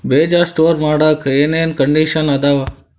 ಬೇಜ ಸ್ಟೋರ್ ಮಾಡಾಕ್ ಏನೇನ್ ಕಂಡಿಷನ್ ಅದಾವ?